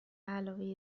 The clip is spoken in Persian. علاوه